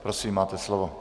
Prosím, máte slovo.